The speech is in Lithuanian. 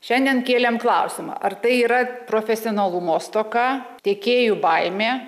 šiandien kėlėm klausimą ar tai yra profesionalumo stoka tiekėjų baimė